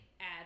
add